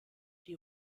die